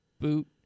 Boot